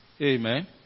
Amen